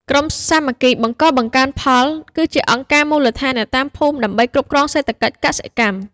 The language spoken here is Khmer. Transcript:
ក្រុមសាមគ្គីបង្កបង្កើនផល គឺជាអង្គការមូលដ្ឋាននៅតាមភូមិដើម្បីគ្រប់គ្រងសេដ្ឋកិច្ចកសិកម្ម។